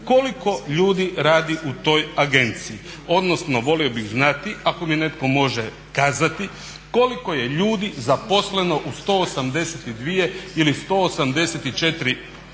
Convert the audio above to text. koliko ljudi radi u toj agenciji, odnosno volio bi znati ako mi netko može kazati koliko je ljudi zaposleno u 182 ili 184